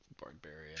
Barbarian